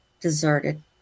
deserted